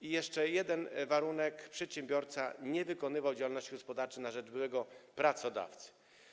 I jeszcze jeden warunek: przedsiębiorca nie wykonywał działalności gospodarczej na rzecz byłego pracodawcy.